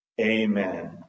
Amen